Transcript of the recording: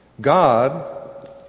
God